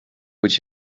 would